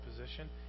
position